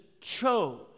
chose